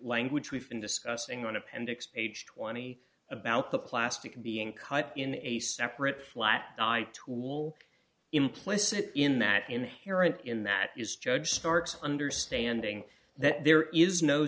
language we've been discussing on appendix aged twenty about the plastic being cut in a separate flat by tool implicit in that inherent in that is judge starts understanding that there is no